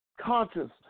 conscious